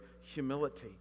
humility